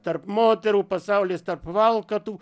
tarp moterų pasaulis tarp valkatų